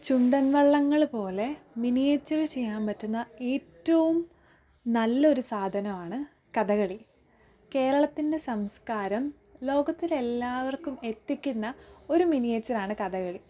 ചുണ്ടൻ വള്ളങ്ങള്പോലെ മിനിയേച്ചര് ചെയ്യാന് പറ്റുന്ന ഏറ്റവും നല്ലൊരു സാധനമാണ് കഥകളി കേരളത്തിൻ്റെ സംസ്കാരം ലോകത്തിലെല്ലാവർക്കും എത്തിക്കുന്ന ഒരു മിനിയേച്ചറാണ് കഥകളി